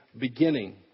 beginning